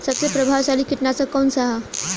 सबसे प्रभावशाली कीटनाशक कउन सा ह?